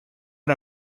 are